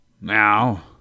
now